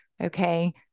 Okay